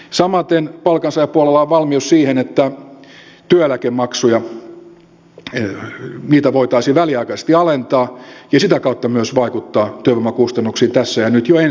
samaten palkansaajapuolella on valmius siihen että työeläkemaksuja voitaisiin väliaikaisesti alentaa ja sitä kautta myös vaikuttaa työvoimakustannuksiin tässä ja nyt jo ensi vuonna